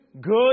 good